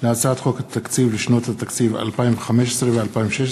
להצעת חוק התקציב לשנות התקציב 2015 ו-2016,